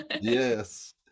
yes